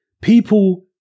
people